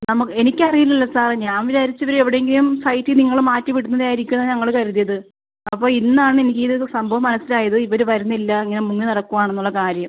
നമ എനിക്ക് അറിയില്ലല്ലോ സാറേ ഞാൻ വിചാരിച്ചത് എവിടെ എങ്കിലും സൈറ്റിൽ നിങ്ങൾ മാറ്റി വിടുന്നതായിരിക്കും എന്നാണ് ഞങ്ങൾ കരുതിയത് അപ്പോൾ ഇന്നാണ് എനിക്ക് ഈ ഒരു സംഭവം മനസ്സിലായത് ഇവർ വരുന്നില്ല ഇങ്ങനെ മുങ്ങി നടക്കുവാണെന്നുള്ള കാര്യം